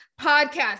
podcast